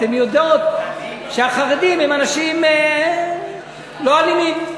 אתן יודעות שהחרדים הם אנשים לא אלימים.